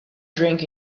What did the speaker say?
drink